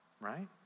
Right